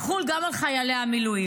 זה יחול גם על חיילי המילואים,